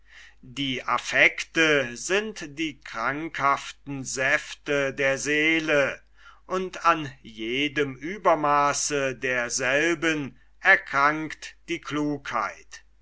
die affekten sind die krankhaften säfte der seele und an jedem uebermaaße derselben erkrankt die klugheit